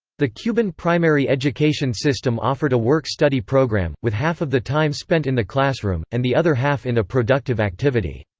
the cuban primary education system offered a work-study program, with half of the time spent in the classroom, and the other half in a productive activity.